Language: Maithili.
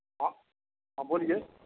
हॅं हॅं बोलियै